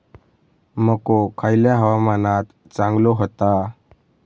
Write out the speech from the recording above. मको खयल्या हवामानात चांगलो होता?